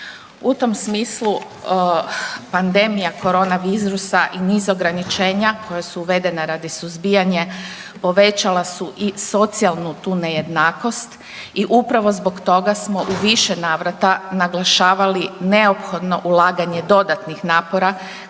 U tom smislu pandemija korona virusa i niz ograničenja koja su uvedena radi suzbijanje povećala su i socijalnu tu nejednakost i upravo zbog toga smo u više navrata naglašavali neophodno ulaganje dodatnih napora